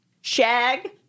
Shag